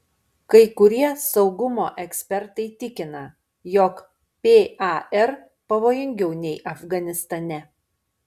kai kurie saugumo ekspertai tikina jog par pavojingiau nei afganistane